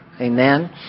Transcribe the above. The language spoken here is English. Amen